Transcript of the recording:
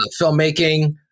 filmmaking